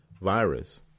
virus